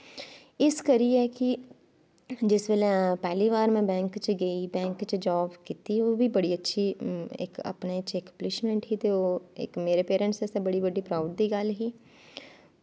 इस करियै कि जिस बेल्लै में पैह्ली बार बैंक च गेई बैक च जॉब कीती ओह् बी बड़ी अछी अपने च अकम्पलिशमैंट ही ते ओह् इक मेरे पेरैंटस आस्तै बड़ी बड्डी प्राऊड दी गल्ल ही